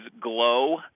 Glow